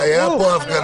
הפוך.